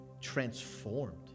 transformed